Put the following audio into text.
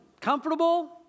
comfortable